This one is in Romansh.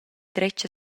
dretg